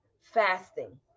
fasting